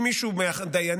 אם מישהו מהדיינים